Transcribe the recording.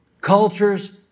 cultures